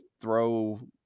throw